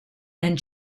and